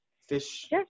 Fish